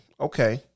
Okay